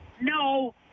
No